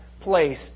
place